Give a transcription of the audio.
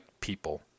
people